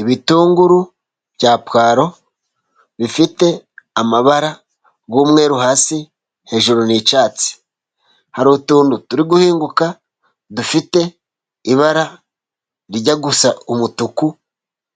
Ibitunguru bya puwalo bifite amabara y'umweru hasi, hejuru ni icyatsi. Hari utuntu turi guhinguka, dufite ibara rijya gusa umutuku